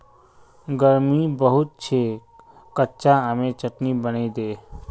गर्मी बहुत छेक कच्चा आमेर चटनी बनइ दे